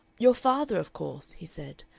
your father, of course, he said,